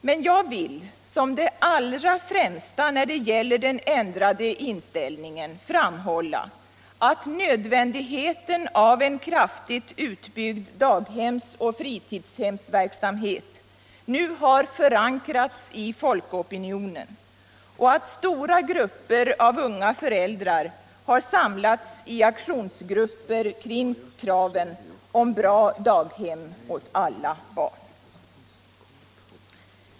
Men jag vill som det allra främsta när det gäller den ändrade inställningen framhålla att nödvändigheten av en kraftigt utbyggd daghems och fritidshemsverksamhet nu har förankrats i folkopinionen och att stora grupper av unga föriilldrar har samlats i aktionsgrupper kring kraven på bra daghem åt alla barn.